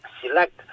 select